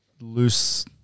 loose